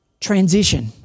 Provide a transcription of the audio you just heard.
Transition